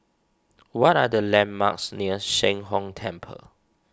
what are the landmarks near Sheng Hong Temple